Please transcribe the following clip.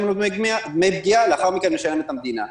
לו דמי פגיעה ולאחר מכן משלמת המדינה.